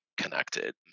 connected